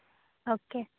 okay